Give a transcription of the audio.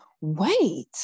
wait